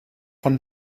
von